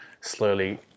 slowly